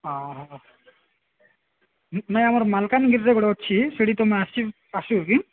ହଁ ହ ନାଇଁ ଆମର ମାଲକାନଗିରିରେ ଗୋଟେ ଅଛି ସେଠି ତୁମେ ଆସି ଆସିବ କି